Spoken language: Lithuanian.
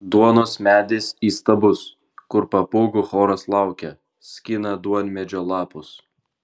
duonos medis įstabus kur papūgų choras laukia skina duonmedžio lapus